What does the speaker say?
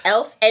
Else